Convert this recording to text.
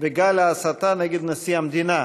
וגל ההסתות נגד נשיא המדינה.